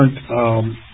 different